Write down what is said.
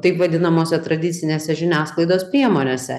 taip vadinamose tradicinėse žiniasklaidos priemonėse